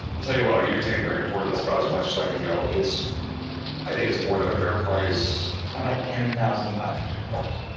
i'll tell you what, i'll give you ten grand for it. that's about as much as i can go. i think it's more than a fair price. how about ten thousand five hundred dollars?